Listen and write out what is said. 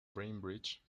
bainbridge